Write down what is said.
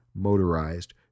motorized